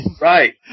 Right